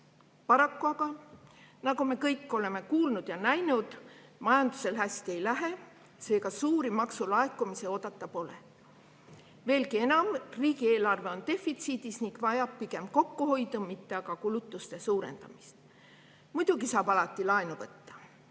Paraku aga, nagu me kõik oleme kuulnud ja näinud, majandusel hästi ei lähe, seega suuri maksulaekumisi oodata pole. Veelgi enam, riigieelarve on defitsiidis ning vajab pigem kokkuhoidu, mitte aga kulutuste suurendamist. Muidugi saab alati laenu võtta.